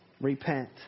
Repent